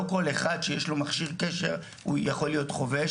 לא כל אחד שיש לו מכשיר קשר הוא יכול להיות חובש